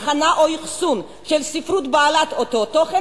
הכנה או אחסון של ספרות בעלת אותו תוכן